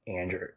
Andrew